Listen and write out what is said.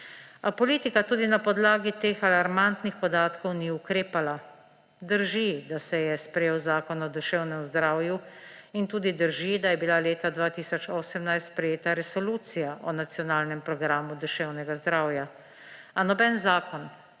politika tudi na podlagi teh alarmantnih podatkov ni ukrepala. Drži, da se je sprejel Zakon o duševnem zdravju, in tudi drži, da je bila leta 2018 sprejeta Resolucija o nacionalnem programu duševnega zdravja, a noben zakon